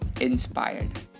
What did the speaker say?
inspired